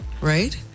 right